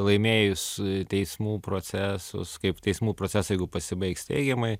laimėjus teismų procesus kaip teismų procesai pasibaigs teigiamai